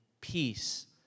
peace